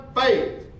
Faith